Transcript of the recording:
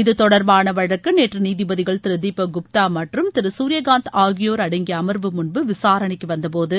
இத்தொடர்பாள வழக்கு நேற்று நீதிபதிகள் திரு தீபக் குப்தா மற்றும் திரு சூரியகாந்த் ஆகியோர் அடங்கிய அமர்வு முன்பு விசாரணைக்கு வந்த போது